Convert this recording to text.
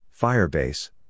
Firebase